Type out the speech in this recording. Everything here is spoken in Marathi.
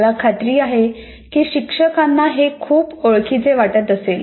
मला खात्री आहे की शिक्षकांना हे खूप ओळखीचे वाटत असेल